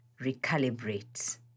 recalibrate